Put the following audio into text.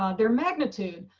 ah their magnitude.